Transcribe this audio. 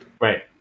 Right